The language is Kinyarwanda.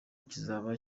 kizaba